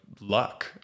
luck